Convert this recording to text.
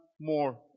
more